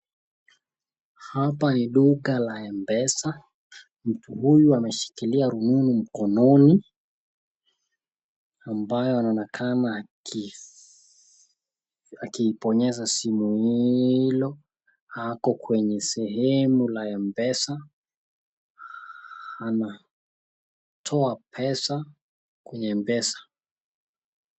Hapa ni duka la Mpesa, mtu huyu ameshikilia rununu mkononi, ambayo anaonekana akibonyeza simu hilo. Ako kwenye sehemu la Mpesa, anatoa pesa kwenye Mpesa.